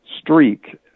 streak